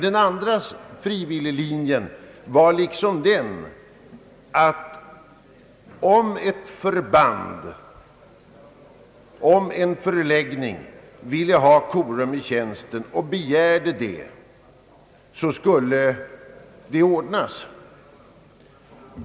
Den andra frivilliglinjen var den att om ett förband eller en förläggning ville ha korum i tjänsten och begärde det, skulle det ordnas.